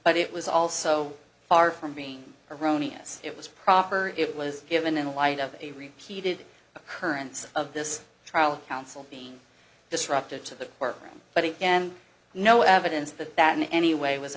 but it was also far from being erroneous it was proper it was given in light of a repeated occurrence of this trial counsel being disruptive to the workroom but again no evidence that that in any way w